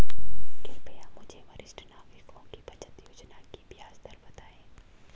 कृपया मुझे वरिष्ठ नागरिकों की बचत योजना की ब्याज दर बताएं